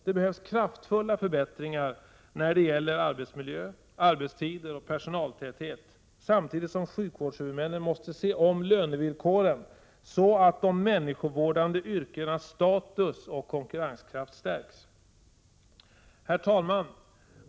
Det behövs kraftfulla förbättringar när det gäller arbetsmiljö, arbetstider och personaltäthet, samtidigt som sjukvårdshuvudmännen måste se om lönevillkoren så att de människovårdande yrkenas status och konkurrenskraft stärks. Herr talman!